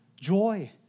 joy